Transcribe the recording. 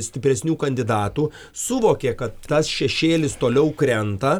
stipresnių kandidatų suvokė kad tas šešėlis toliau krenta